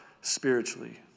spiritually